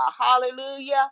hallelujah